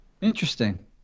Interesting